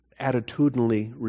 attitudinally